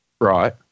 right